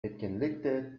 etkinlikte